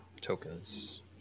Tokens